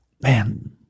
man